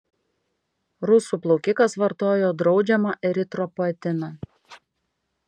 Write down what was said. rusų plaukikas vartojo draudžiamą eritropoetiną